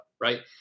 right